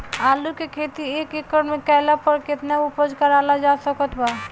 आलू के खेती एक एकड़ मे कैला पर केतना उपज कराल जा सकत बा?